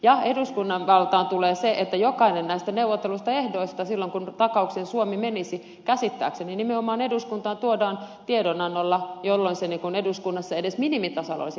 ja eduskunnan valtaan tulee se että jokainen näistä neuvotelluista ehdoista silloin kun takaukseen suomi menisi käsittääkseni nimenomaan eduskuntaan tuodaan tiedonannolla jolloin se eduskunnassa edes minimitasolla olisi käsitelty